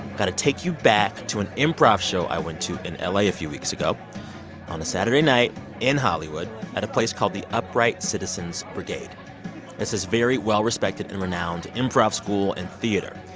got to take you back to an improv show i went to in la a a few weeks ago on a saturday night in hollywood at a place called the upright citizens brigade. that's this very well-respected and renowned improv school and theater.